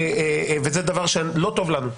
וזה דבר שלא טוב לנו.